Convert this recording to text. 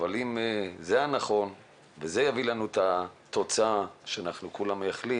אבל אם זה הנכון וזה יביא את התוצאה שלה כולנו מייחלים